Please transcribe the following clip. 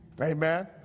Amen